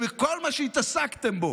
כל מה שהתעסקת בו